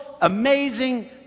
amazing